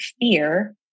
fear